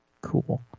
cool